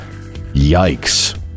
Yikes